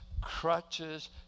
crutches